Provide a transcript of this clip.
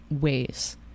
ways